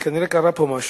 וכנראה קרה פה משהו.